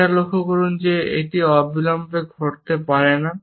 এটাও লক্ষ্য করুন যে এটি অবিলম্বে ঘটতে পারে না